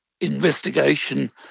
investigation